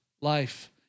life